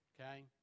okay